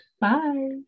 Bye